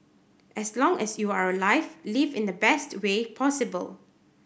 as long as you are alive live in the best way possible